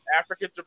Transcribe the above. African